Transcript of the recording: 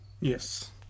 Yes